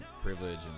privilege